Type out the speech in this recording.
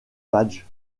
madge